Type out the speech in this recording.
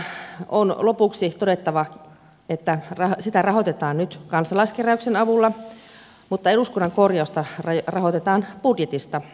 lastensairaalasta on lopuksi todettava että sitä rahoitetaan nyt kansalaiskeräyksen avulla mutta eduskunnan korjausta rahoitetaan budjetista